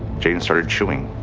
jayden started chewing.